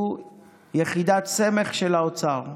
הוא יחידת סמך של האוצר,